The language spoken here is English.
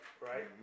Right